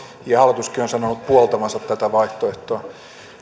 ja hallituskin on sanonut puoltavansa tätä vaihtoehtoa